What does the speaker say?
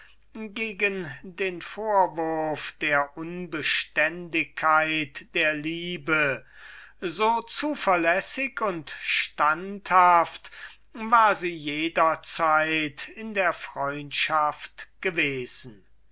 gegen den vorwurf der unbeständigkeit in der liebe auch immer gewesen war so zuverlässig und standhaft war sie jederzeit in der freundschaft gewesen